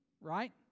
right